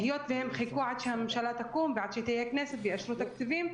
היות והם חיכו עד שהממשלה תקום ועד שתהיה כנסת ויאשרו תקציבים,